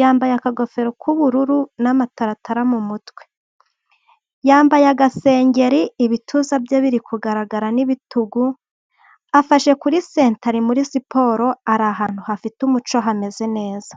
yambaye akagofero k'ubururu n'amataratara mu mutwe. Yambaye agasengeri ibituza bye biri kugaragara n'ibitugu, afashe kuri senta muri siporo ari ahantu hafite umuco hameze neza.